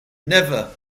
never